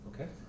Okay